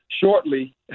shortly